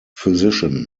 physician